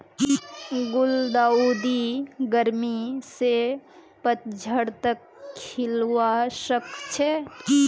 गुलदाउदी गर्मी स पतझड़ तक खिलवा सखछे